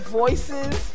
voices